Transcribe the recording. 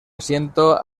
asiento